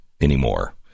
anymore